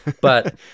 But-